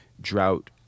drought